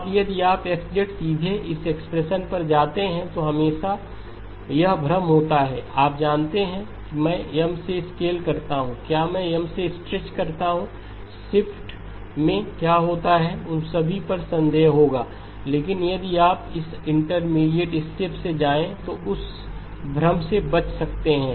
अब यदि आप X से सीधे इस एक्सप्रेशन पर जाते हैं तो हमेशा यह भ्रम होता है आप जानते हैं कि मैं M से स्केल करता हूं क्या मैं M से स्ट्रेच करता हूं शिफ्ट में क्या होता है उन सभी पर संदेह होगा लेकिन यदि आप इस इंटरमीडिएट स्टेप से जाएं तो उस भ्रम से बच सकते हैं